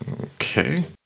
Okay